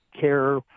care